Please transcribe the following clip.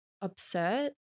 upset